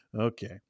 Okay